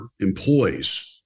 employees